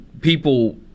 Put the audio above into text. people